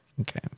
Okay